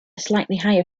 higher